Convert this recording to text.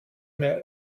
mehr